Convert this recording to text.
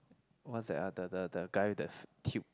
what's that ah the the the guy that's tube